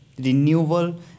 renewal